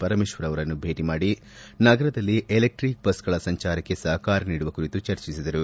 ಪರಮೇಶ್ವರ್ ಅವರನ್ನು ಭೇಟ ಮಾಡಿ ನಗರದಲ್ಲಿ ಎಲೆಕ್ಟಿಕ್ ಬಸ್ಗಳ ಸಂಚಾರಕ್ಕೆ ಸಹಕಾರ ನೀಡುವ ಕುರಿತು ಚರ್ಚಿಸಿದರು